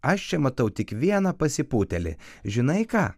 aš čia matau tik vieną pasipūtėlį žinai ką